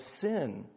sin